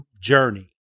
journey